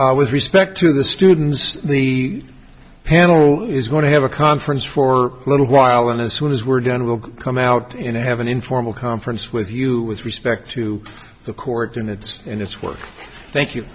adjourn with respect to the students the panel is going to have a conference for a little while and as soon as we're done we'll come out and have an informal conference with you with respect to the court and its in its work thank you